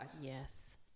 Yes